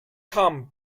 come